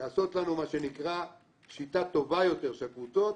לעשות לנו שיטה טובה יותר, שהקבוצות